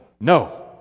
no